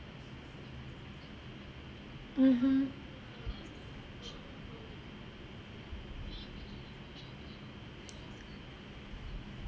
mmhmm